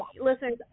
listen